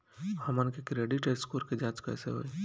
हमन के credit score के जांच कैसे होइ?